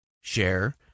share